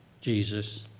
Jesus